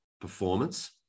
performance